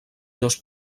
dos